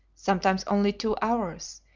sometimes only two hours,